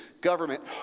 government